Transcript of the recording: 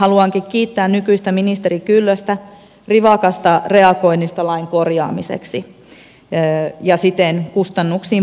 haluankin kiittää nykyistä ministeri kyllöstä rivakasta reagoinnista lain korjaamiseksi ja siten kustannuksiin vaikuttamisesta